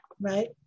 Right